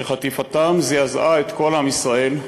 שחטיפתם זעזעה את כל עם ישראל,